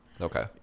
Okay